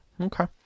Okay